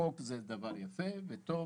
חוק זה דבר יפה וטוב